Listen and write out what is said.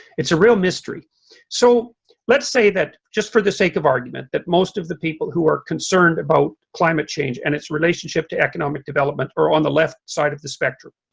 it's a real mystery so let's say that just for the sake of argument that most of the people who are concerned about climate change and its relationship to economic development or on the left side of the spectrum